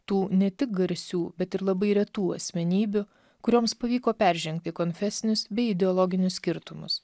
tų ne tik garsių bet ir labai retų asmenybių kurioms pavyko peržengti konfesinius bei ideologinius skirtumus